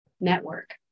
network